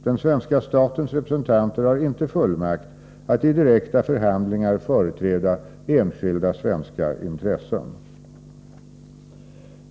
Den svenska statens representanter har inte fullmakt att i direkta förhandlingar företräda enskilda svenska intressen.